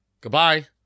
Goodbye